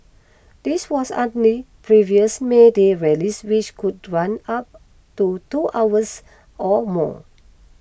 this was previous May Day rallies which could run up to two hours or more